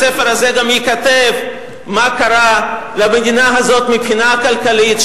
בספר הזה גם ייכתב מה קרה למדינה הזאת מבחינה כלכלית,